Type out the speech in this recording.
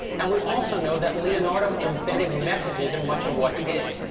and we also know that leonardo embedded messages in much of what he did.